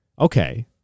Okay